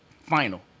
Final